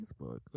Facebook